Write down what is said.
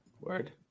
Word